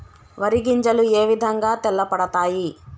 వరి గింజలు ఏ విధంగా తెల్ల పడతాయి?